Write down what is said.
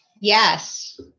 yes